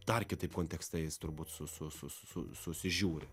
dar kitaip kontekste jis turbūt su su su susižiūri